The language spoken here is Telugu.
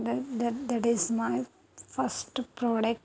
the the that is my first product